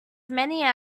many